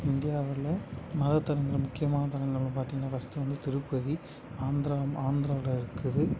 இந்தியாவில் மதத்தலங்கள் முக்கியமான தலங்கள்னு பார்த்திங்கன்னா ஃபஸ்ட்டு வந்து திருப்பதி ஆந்திரா ஆந்திராவில் இருக்குது